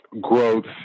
growth